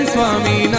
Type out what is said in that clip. Swami